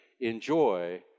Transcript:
enjoy